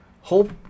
hope